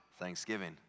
Thanksgiving